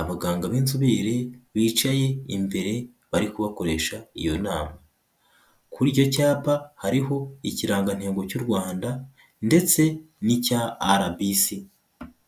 abaganga b'inzobere bicaye imbere bari kubakoresha iyo nama, kuri icyo cyapa hariho ikirangantego cy'u Rwanda ndetse n'icya RBC.